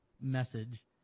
message